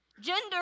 Gender